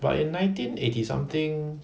but in nineteen eighty something